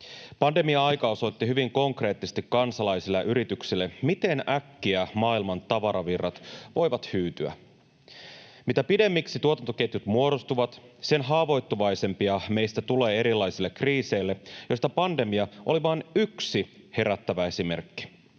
Pandemia-aika osoitti hyvin konkreettisesti kansalaisille ja yrityksille, miten äkkiä maailman tavaravirrat voivat hyytyä. Mitä pidemmiksi tuotantoketjut muodostuvat, sen haavoittuvaisempia meistä tulee erilaisille kriiseille, joista pandemia oli vain yksi herättävä esimerkki.